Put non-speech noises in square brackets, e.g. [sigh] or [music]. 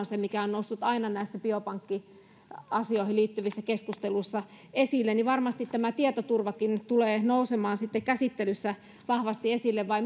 [unintelligible] se mikä on noussut aina näissä biopankkiasioihin liittyvissä keskusteluissa esille varmasti tämä tietoturvakin tulee nousemaan käsittelyssä vahvasti esille vai